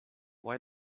why